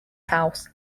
house